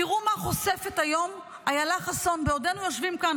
תראו מה חושפת היום איילה חסון בעודנו יושבים כאן.